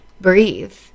breathe